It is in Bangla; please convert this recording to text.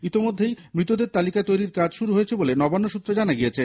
ইতিমধ্যেই মৃতদের তালিকা তৈরি কাজ শুরু হয়েছে বলে নবান্ন সূত্রে জানা গিয়েছে